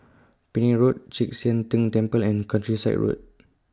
Penang Road Chek Sian Tng Temple and Countryside Road